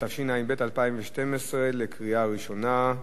התשע"ב 2012, בקריאה ראשונה.